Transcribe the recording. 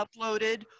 uploaded